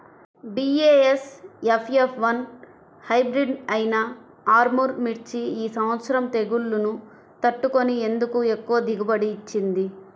BASF F one hybrid అయినా ఆర్ముర్ మిర్చి ఈ సంవత్సరం తెగుళ్లును తట్టుకొని ఎందుకు ఎక్కువ దిగుబడి ఇచ్చింది?